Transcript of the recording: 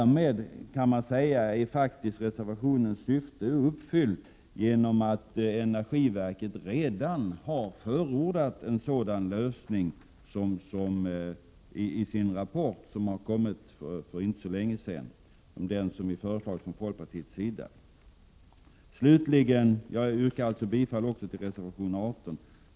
Reservationens syfte kan sägas vara uppfyllt, genom att energiverket i den rapport som kom för inte så länge sedan redan har förordat en sådan lösning som folkpartiet föreslagit. Jag yrkar bifall till reservation 18.